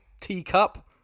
teacup